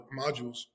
modules